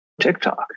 TikTok